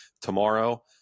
tomorrow